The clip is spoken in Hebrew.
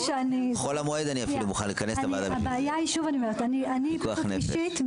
חול המועד אפילו אני מוכן לכנס את הוועדה פיקוח נפש.